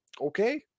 okay